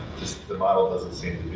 just the model doesn't seem